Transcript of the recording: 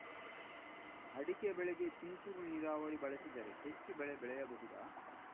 ಅಡಿಕೆ ಬೆಳೆಗೆ ತುಂತುರು ನೀರಾವರಿ ಬಳಸಿದರೆ ಹೆಚ್ಚು ಬೆಳೆ ಬೆಳೆಯಬಹುದಾ?